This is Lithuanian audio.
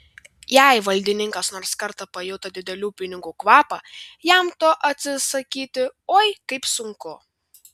jei valdininkas nors kartą pajuto didelių pinigų kvapą jam to atsisakyti oi kaip sunku